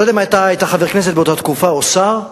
לא יודע אם אתה היית חבר כנסת באותה תקופה או שר,